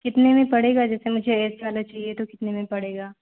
कितने में पड़ेगा जैसे मुझे ए सी वाला चाहिए तो कितने में पड़ेगा